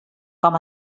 com